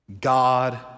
God